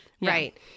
Right